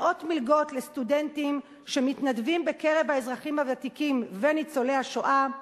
מאות מלגות לסטודנטים שמתנדבים בקרב האזרחים הוותיקים וניצולי השואה.